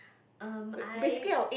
um I